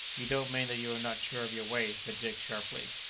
you don't mean that you are not sure of your way, said dick sharply.